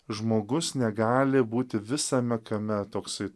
žmogus negali būti visame kame toksai